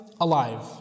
alive